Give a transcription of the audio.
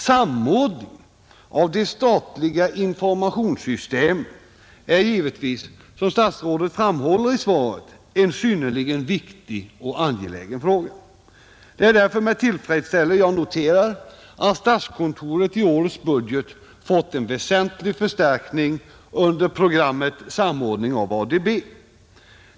Samordning av de statliga informationssystemen är givetvis, såsom statsrådet framhåller i svaret, en synnerligen viktig och angelägen fråga. Det är därför med tillfredsställelse jag noterar att statskontoret i årets budget fått en väsentlig förstärkning under programmet ”Samordning av ADB”.